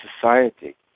society